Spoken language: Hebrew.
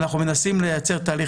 אנחנו מנסים לייצר תהליך,